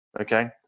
Okay